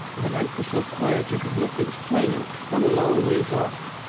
the night was so quiet you could hear things plain from a long ways off.